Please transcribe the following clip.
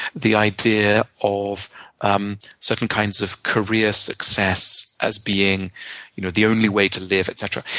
the idea of um certain kinds of career success as being you know the only way to live, etc.